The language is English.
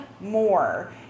more